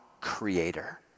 creator